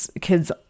kids